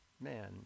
Man